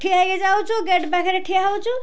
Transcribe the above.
ଠିଆ ହେଇକି ଯାଉଛୁ ଗେଟ୍ ପାଖରେ ଠିଆ ହେଉଛୁ